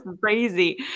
crazy